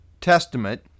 Testament